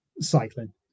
cycling